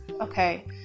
Okay